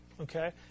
okay